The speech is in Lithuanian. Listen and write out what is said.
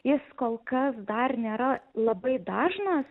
jis kol kas dar nėra labai dažnas